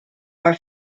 are